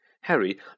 Harry